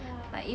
ya